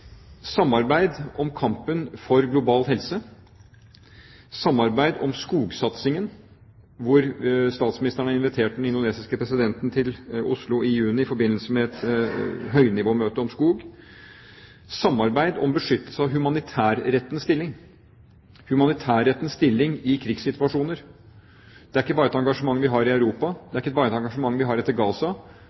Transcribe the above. Samarbeid om kampen for global helse, samarbeid om skogsatsingen – statsministeren har invitert den indonesiske presidenten til Oslo i juni i forbindelse med et høynivåmøte om skog – samarbeid om beskyttelse av humanitærrettens stilling og humanitærrettens stilling i krigssituasjoner. Det er ikke bare et engasjement vi har i Europa. Det er ikke bare et engasjement vi har etter Gaza,